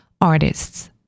artists